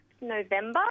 November